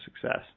success